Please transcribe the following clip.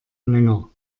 länger